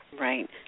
Right